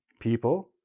people,